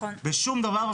בשום דבר,